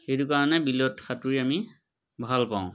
সেইটো কাৰণে বিলত সাঁতুৰি আমি ভালপাওঁ